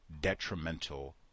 detrimental